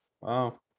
Wow